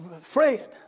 Fred